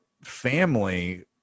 family